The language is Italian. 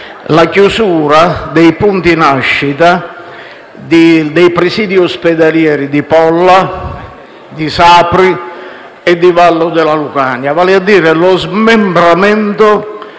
la chiusura dei punti nascita dei presidi ospedalieri di Polla, di Sapri e di Vallo della Lucania; vale a dire lo smembramento